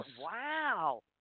Wow